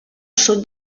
sud